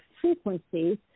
frequency